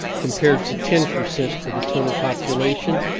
compared to ten percent for the total population,